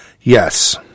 Yes